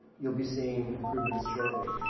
you'll be seeing improvements shortly.